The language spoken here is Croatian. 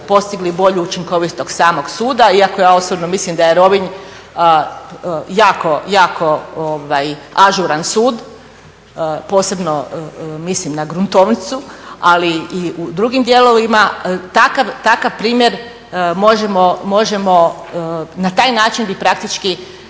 bolju učinkovitost samog suda iako ja osobno mislim da je Rovinj jako, jako ažuran sud, posebno mislim na gruntovnicu ali i u drugim dijelovima. Takav primjer možemo, na taj način bi praktički